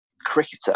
cricketer